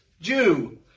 Jew